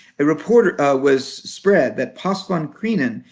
a report was spread that pasch van krienen,